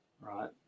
right